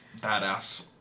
badass